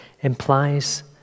implies